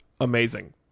amazing